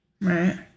Right